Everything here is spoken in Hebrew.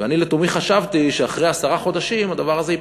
ואני לתומי חשבתי שאחרי עשרה חודשים הדבר הזה ייפסק,